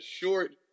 short